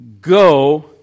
go